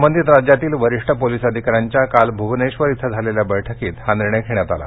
संवंधित राज्यातील वरिष्ठ पोलीस अधिकाऱ्यांच्या काल भ्वनेश्वर इथं झालेल्या बैठकीत हा निर्णय घेण्यात आला